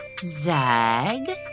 zag